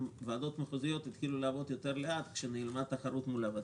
גם ועדות מחוזיות התחילו לעבוד לאט יותר כאשר נעלמה התחרות מול הוותמ"ל.